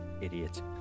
idiot